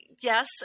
yes